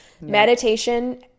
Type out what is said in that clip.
Meditation